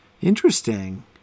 Interesting